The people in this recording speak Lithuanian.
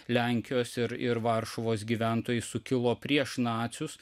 lenkijos ir ir varšuvos gyventojai sukilo prieš nacius